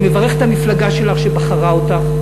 אני מברך את המפלגה שלך שבחרה אותך.